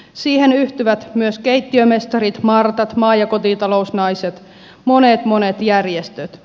siihen yhtyvät myös keittiömestarit martat maa ja kotitalousnaiset monet monet järjestöt